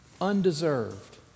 undeserved